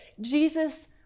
Jesus